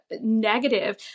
negative